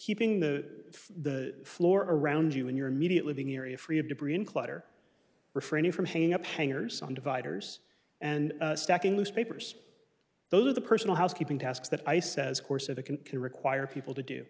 keeping the floor around you and your immediate living area free of debris and clutter refraining from hanging up hangers on dividers and stacking newspapers those are the personal housekeeping tasks that i says course of a can can require people to do